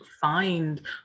find